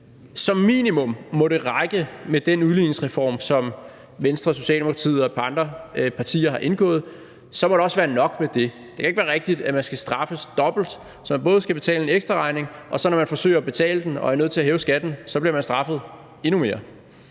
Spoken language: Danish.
som minimum må det række med den udligningsreform, som Venstre og Socialdemokratiet og et par andre partier har indgået, og så må det også være nok med det. Det kan ikke være rigtigt, at man skal straffes dobbelt, så man skal betale en ekstraregning, og når man så forsøger at betale den og er nødt til at hæve skatten, bliver man straffet endnu mere,